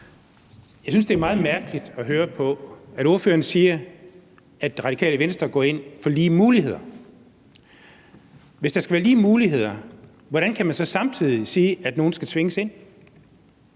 Jeg synes, det er meget mærkeligt at høre på, at ordføreren siger, at Radikale Venstre går ind for lige muligheder. Hvis der skal være lige muligheder, hvordan kan man så samtidig sige, at nogen skal tvinges ind?